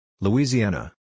Louisiana